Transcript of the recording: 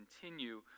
continue